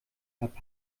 gab